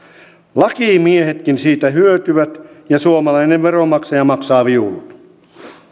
lakimiehetkin siitä hyötyvät ja suomalainen veronmaksaja maksaa viulut